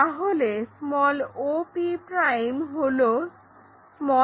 তাহলে op হলো m